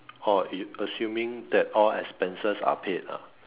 orh assuming that all expenses are paid ah